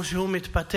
או שהוא מתפטר,